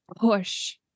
push